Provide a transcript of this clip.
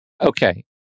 Okay